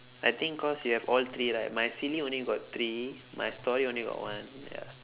I think cause you have all three right my silly only got three my story only got one ya